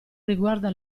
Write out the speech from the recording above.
riguarda